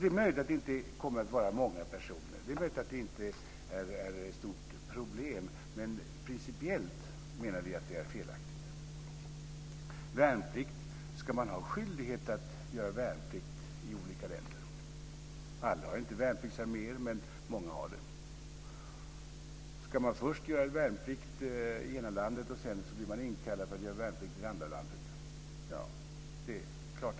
Det är möjligt att det inte kommer att handla om många personer. Det är möjligt att det inte är ett stort problem. Men principiellt menar vi att det är felaktigt. Ska man ha skyldighet att göra värnplikt i olika länder? Alla har ju inte värnpliktsarméer, men många har de. Ska man först göra värnplikt i det ena landet för att sedan bli inkallad för att göra värnplikt i det andra landet?